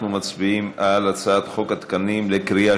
אנחנו מצביעים על הצעת חוק התקנים בקריאה